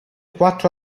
quattro